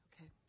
Okay